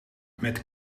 met